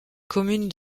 commune